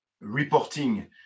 reporting